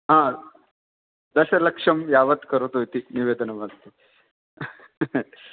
आ दशलक्ष्यं यावत् करोतु इति निवेदनम् अस्ति